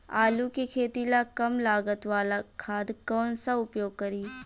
आलू के खेती ला कम लागत वाला खाद कौन सा उपयोग करी?